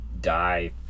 die